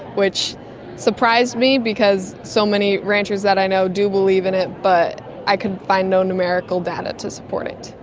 which surprised me because so many ranchers that i know do believe in it. but i could find no numerical data to support it.